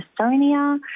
Estonia